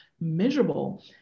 miserable